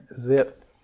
zip